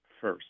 first